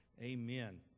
amen